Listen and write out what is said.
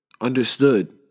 understood